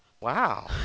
Wow